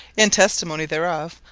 in testimony whereof,